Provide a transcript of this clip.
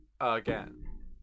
again